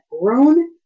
grown